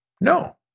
No